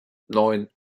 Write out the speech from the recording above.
neun